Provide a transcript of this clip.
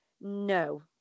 no